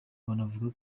banavuga